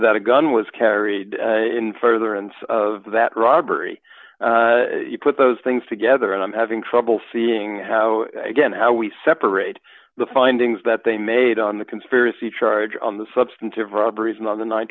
that a gun was carried in further and of that robbery you put those things together and i'm having trouble seeing how again how we separate the findings that they made on the conspiracy charge on the substantive robberies and on the